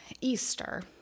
Easter